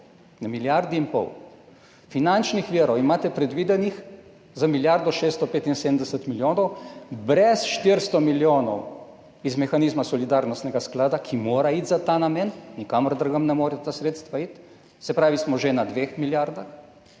na milijardi in pol. Finančnih virov imate predvidenih za milijardo 675 milijonov, brez 400 milijonov iz mehanizma Solidarnostnega sklada, ki mora iti za ta namen, nikamor drugam ne morejo iti ta sredstva, se pravi, da smo že na dveh milijardah,